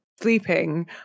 sleeping